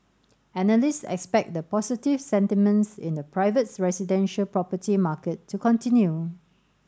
analysts expect the positive sentiments in the private residential property market to continue